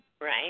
Right